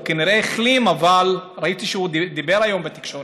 הוא כנראה החלים, ראיתי שהוא דיבר היום בתקשורת,